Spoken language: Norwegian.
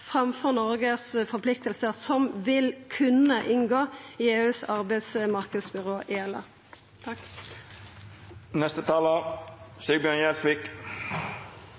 framfor forpliktingane som Noreg vil kunne måtta inngå i ELA